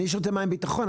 אני שותה מים בביטחון,